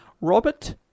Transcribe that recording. Robert